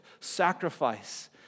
sacrifice